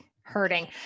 hurting